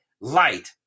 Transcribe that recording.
light